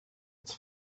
its